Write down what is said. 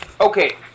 okay